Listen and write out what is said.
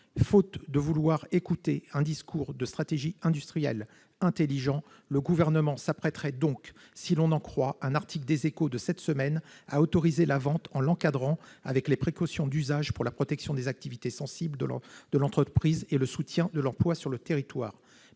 Faute de vouloir écouter un discours intelligent de stratégie industrielle, le Gouvernement s'apprêterait, si l'on en croit un article des de cette semaine, à autoriser la vente, en l'encadrant des précautions d'usage pour la protection des activités sensibles de l'entreprise et le soutien de l'emploi sur le territoire.